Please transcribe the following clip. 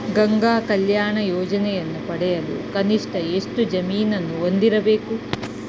ಗಂಗಾ ಕಲ್ಯಾಣ ಯೋಜನೆಯನ್ನು ಪಡೆಯಲು ಕನಿಷ್ಠ ಎಷ್ಟು ಜಮೀನನ್ನು ಹೊಂದಿರಬೇಕು?